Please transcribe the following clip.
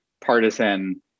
partisan